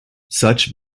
such